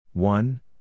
One